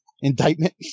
indictment